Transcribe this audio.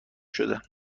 شده